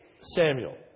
Samuel